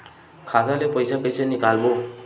खाता ले पईसा कइसे निकालबो?